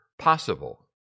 possible